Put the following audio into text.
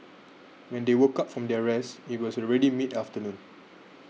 when they woke up from their rest it was already mid afternoon